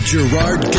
Gerard